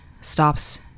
stops